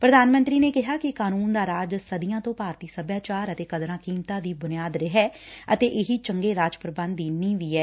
ਪ੍ਰਧਾਨ ਮੰਤਰੀ ਨੇ ਕਿਹਾ ਕਿ ਕਾਨੂੰਨ ਦਾ ਰਾਜ ਸਦੀਆਂ ਤੋਂ ਭਾਰਤੀ ਸਭਿਆਚਾਰ ਅਤੇ ਕਦਰਾਂ ਕੀਮਤਾਂ ਦੀ ਬੁਨਿਆਦ ਰਿਹੈ ਅਤੇ ਇਹੀ ਚੰਗੇ ਰਾਜ ਪ੍ਰਬੰਧ ਦੀ ਨੀਂਹ ਐ